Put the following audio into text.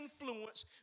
influence